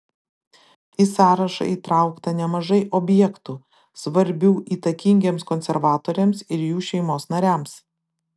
į sąrašą įtraukta nemažai objektų svarbių įtakingiems konservatoriams ir jų šeimos nariams